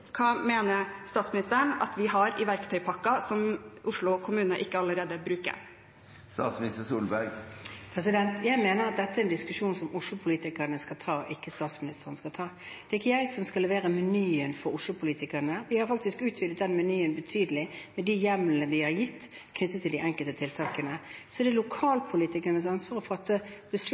Hva mener statsministeren at vi har i verktøykassen som Oslo kommune ikke allerede bruker? Jeg mener at dette er en diskusjon som Oslo-politikerne skal ta, ikke statsministeren. Det er ikke jeg som skal levere menyen for Oslo-politikerne. Vi har faktisk utvidet den menyen betydelig med de hjemlene vi har gitt, knyttet til de enkelte tiltakene. Det er lokalpolitikernes ansvar å fatte